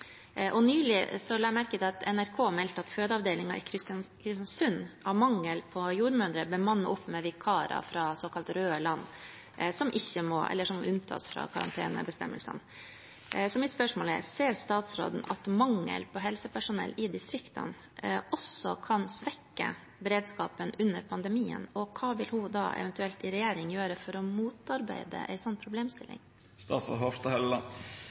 Nylig la jeg merke til at NRK meldte at fødeavdelingen i Kristiansund har mangel på jordmødre, men bemanner opp med vikarer fra såkalt røde land, som unntas fra karantenebestemmelsene. Mitt spørsmål er: Ser statsråden at mangel på helsepersonell i distriktene også kan svekke beredskapen under pandemien, og hva vil hun da eventuelt i regjering gjøre for å motarbeide en slik problemstilling?